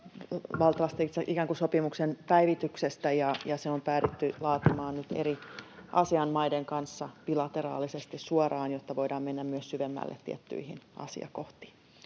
tällaisesta ikään kuin sopimuksen päivityksestä, ja se on päädytty laatimaan nyt eri Asean-maiden kanssa bilateraalisesti suoraan, jotta voidaan mennä myös syvemmälle tiettyihin asiakohtiin.